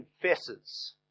confesses